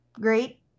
great